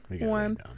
warm